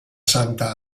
santa